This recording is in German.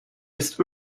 ist